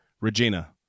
Regina